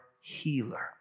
healer